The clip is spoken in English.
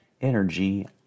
energy